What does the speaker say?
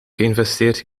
geïnvesteerd